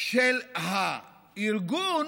של הארגון